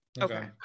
Okay